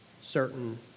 certain